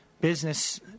Business